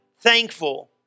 thankful